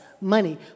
money